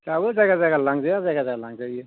दाबो जायगा जायगा लांजाया जायगा जायगा लांजायो